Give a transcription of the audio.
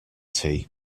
tea